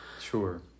Sure